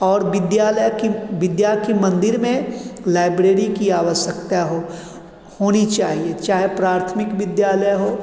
और विद्यालय विद्या के मंदिर में लाइब्रेरी की आवश्यकता हो होनी चाहिए चाहे प्राथमिक विद्यालय हो